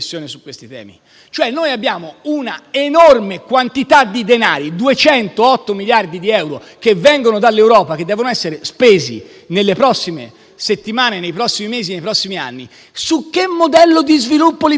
temi. Noi abbiamo un'enorme quantità di denari (208 miliardi di euro) che vengono dall'Europa e che devono essere spesi nelle prossime settimane, mesi e anni. Su che modello di sviluppo li mettiamo?